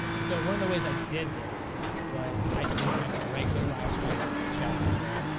and so one of the ways i did this was i just ran a regular live stream strategy where,